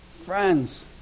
friends